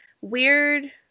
Weird